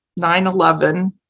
9-11